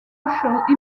impact